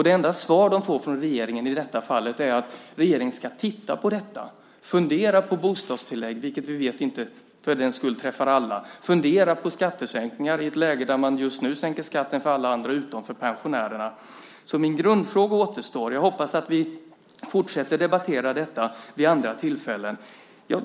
Det enda svar de får från regeringen i det fallet är att regeringen ska titta på detta, fundera på bostadstillägget - vilket vi vet inte för den skull träffar alla - och på skattesänkningar i ett läge där man just nu sänker skatten för alla andra utom för pensionärerna. Min grundfråga återstår alltså, men jag hoppas att vi fortsätter att debattera detta vid andra tillfällen.